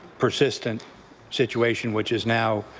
persistent situation, which is now